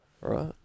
Right